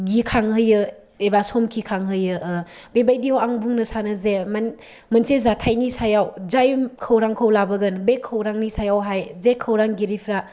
गिखांहोयो एबा समखिखांहोयो बेबायदिआव आं बुंनो सानो जे मोनसे जाथायनि सायाव जाय खौरांखौ लाबोगोन बे खौरांनि सायावहाय जे खौरांगिरिफ्रा